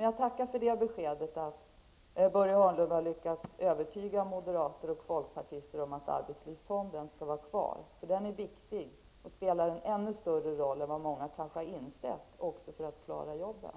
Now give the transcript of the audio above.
Jag tackar för det beskedet. Börje Hörnlund har då lyckats övertyga moderater och folkpartister om att arbetslivsfonden skall vara kvar. Den är viktig och spelar en ännu större roll än vad många kanske har insett också när det gäller att klara jobben.